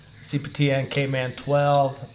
CPTNKman12